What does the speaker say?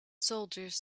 soldiers